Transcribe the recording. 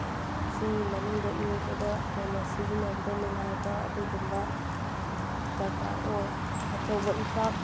ꯏꯁꯤꯡ ꯃꯅꯨꯡꯗ ꯏꯔꯣꯏꯕꯗ ꯍꯦꯟꯅ ꯁꯤꯖꯤꯟꯅꯕꯗ ꯅꯨꯡꯉꯥꯏꯕ ꯑꯗꯨꯒꯨꯝꯕ ꯗꯔꯀꯥꯔ ꯑꯣꯏ ꯑꯆꯧꯕ ꯏꯄꯥꯛ